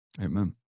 amen